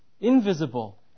invisible